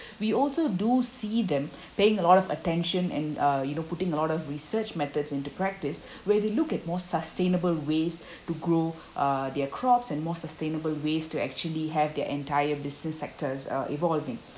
we also do see them paying a lot of attention and uh you know putting a lot of research methods into practice where they look at more sustainable ways to grow uh their crops and more sustainable ways to actually have their entire business sectors uh evolving